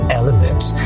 elements